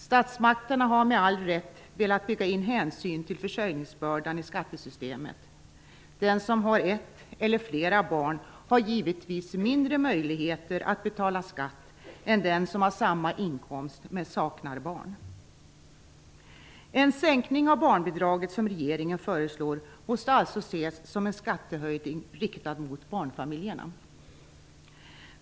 Statsmakterna har med all rätt velat bygga in hänsyn till försörjningsbördan i skattesystemet. Den som har ett eller flera barn har givetvis mindre möjligheter att betala skatt än den som har samma inkomst men saknar barn. En sänkning av barnbidraget, som regeringen föreslår, måste alltså ses som en skattehöjning riktad mot barnfamiljerna.